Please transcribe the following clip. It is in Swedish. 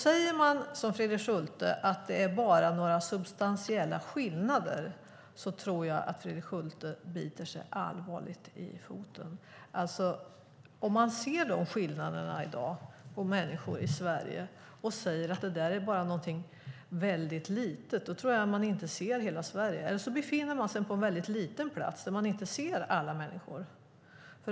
Säger man som Fredrik Schulte att det inte är några substantiella skillnader, tror jag att han biter sig allvarligt i foten. Om man ser dessa skillnader mellan människor i Sverige i dag och säger att detta bara är något litet, tror jag inte att man ser hela Sverige eller att man befinner sig på en mycket liten plats där man inte ser alla människor.